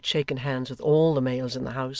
when he had shaken hands with all the males in the house,